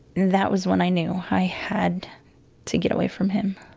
that was when i knew i had to get away from him